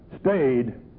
stayed